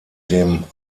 dem